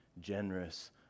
generous